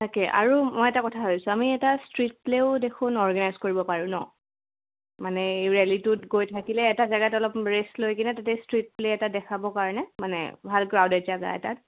okay আৰু মই এটা কথা হৈছোঁ আমি এটা ষ্ট্ৰ্ৰীট প্লেও দেখোন অৰ্গেনাইজ কৰিব পাৰোঁ নহ্ মানে ৰেলিটোত গৈ থাকিলে এটা জেগাত অলপ ৰেষ্ট লৈ কিনে তাতে ষ্ট্ৰ্ৰীট প্লে এটা দেখাবৰ কাৰণে মানে ভাল ক্ৰাউডেড জোগা এটাত